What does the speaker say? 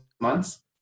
months